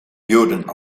joden